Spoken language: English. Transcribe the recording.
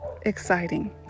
exciting